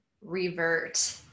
revert